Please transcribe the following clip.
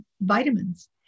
vitamins